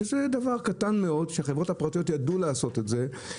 שזה דבר קטן מאוד שהחברות הפרטיות ידעו לעשות את זה,